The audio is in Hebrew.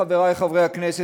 חברי חברי הכנסת,